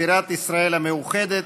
בירת ישראל המאוחדת,